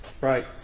Right